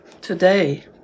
today